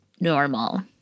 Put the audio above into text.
normal